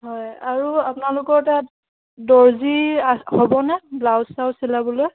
হয় আৰু আপোনালোকৰ তাত দৰ্জী আচ হ'বনে ব্লাউজ চাউজ চিলাবলৈ